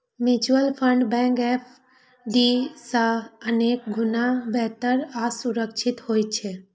mutual fund bank FD सं अनेक गुणा बेहतर आ सुरक्षित होइ छै